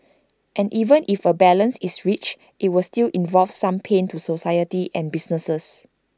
and even if A balance is reached IT will still involve some pain to society and businesses